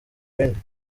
bindi